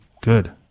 Good